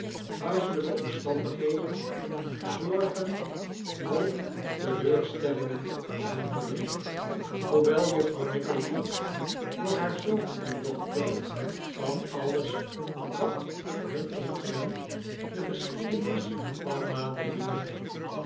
huiselijke omstandigheden zorgen hoop r teleurstellingen en verdriet hoewel juffrouw nidkleby door haar zoon en dochter van alles wat hun omtrent de geschiedenis van madeline